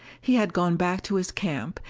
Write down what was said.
he had gone back to his camp,